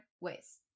ways